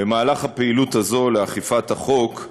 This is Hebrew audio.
במהלך הפעילות הזאת לאכיפת החוק,